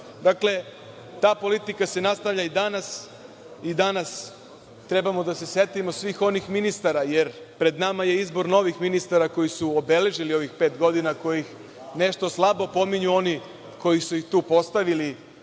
papir. Dakle, ta politika se nastavlja i danas. Danas trebamo da se setimo svih onih ministara, jer pred nama je izbor novih ministara koji su obeležili ovih pet godina, koje nešto slabo pominju oni koji su ih tu postavili,